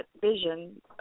vision